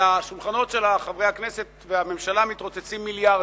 על השולחנות של חברי הכנסת והממשלה מתרוצצים מיליארדים.